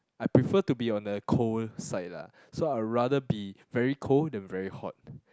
I prefer to be on the cold side lah so I rather be very cold than very hot